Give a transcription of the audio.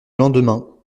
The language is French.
lendemain